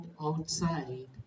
outside